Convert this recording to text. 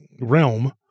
realm